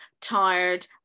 tired